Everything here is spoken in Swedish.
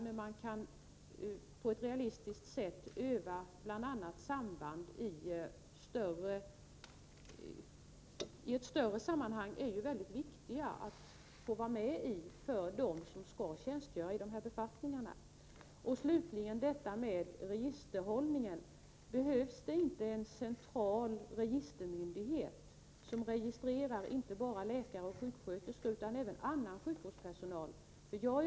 Det är klart att det är mycket viktigt för dem som skall tjänstgöra i de här befattningarna att få delta i sådana här stora, realistiska övningar. Slutligen detta med registerhållningen. Behövs det inte en central registermyndighet som registrerar inte bara läkare och sjuksköterskor utan även annan sjukvårdspersonal.